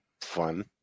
fun